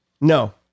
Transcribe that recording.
No